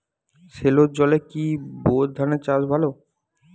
সেলোর জলে কি বোর ধানের চাষ ভালো?